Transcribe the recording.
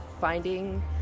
finding